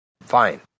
fine